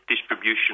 distribution